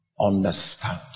understand